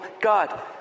God